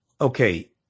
Okay